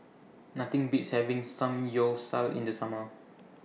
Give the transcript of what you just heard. Nothing Beats having Samgyeopsal in The Summer